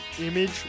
Image